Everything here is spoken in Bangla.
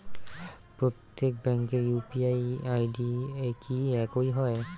প্রত্যেক ব্যাংকের ইউ.পি.আই আই.ডি কি একই হয়?